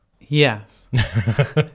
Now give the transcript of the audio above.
Yes